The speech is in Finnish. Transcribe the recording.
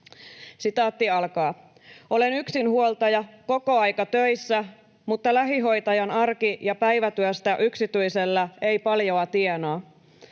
”Olen yksinhuoltaja, kokoaikatöissä, mutta lähihoitajan arki- ja päivätyöstä yksityisellä ei paljoa tienaa.